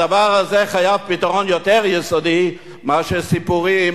הדבר הזה חייב פתרון יותר יסודי מאשר סיפורים